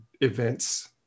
events